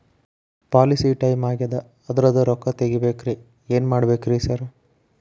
Policy time ಆಗ್ಯಾದ ಅದ್ರದು ರೊಕ್ಕ ತಗಬೇಕ್ರಿ ಏನ್ ಮಾಡ್ಬೇಕ್ ರಿ ಸಾರ್?